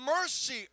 mercy